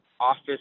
office